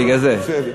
בגלל זה.